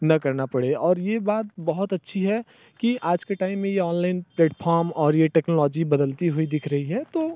न करना पड़े और ये बात बहुत अच्छी है कि आज के टाइम में ये ऑनलाइन प्लेटफाॅम और ये टेक्नॉलोजी बदलती हुई दिख रही है तो